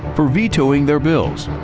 for vetoing their bills,